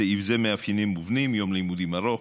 בסעיף זה 'מאפיינים מובנים' יום לימודים ארוך,